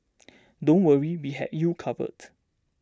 don't worry we have you covered